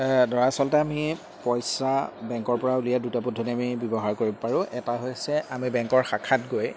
দৰা আচলতে আমি পইচা বেংকৰ পৰা উলিয়াই দুটা পদ্ধতি আমি ব্যৱহাৰ কৰিব পাৰোঁ এটা হৈছে আমি বেংকৰ শাখাত গৈ